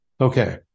Okay